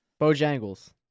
Bojangles